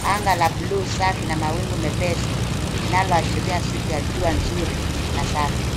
Anga buluu safi na mawingu mepesi linaloashiria siku ya jua nzuri safi.